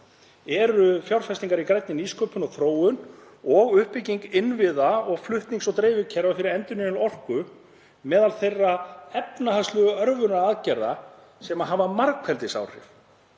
eru fjárfestingar í grænni nýsköpun og þróun og uppbygging innviða og flutnings- og dreifikerfa fyrir endurnýjanlega orku á meðal þeirra efnahagslegu örvunaraðgerða sem hafa margfeldisáhrif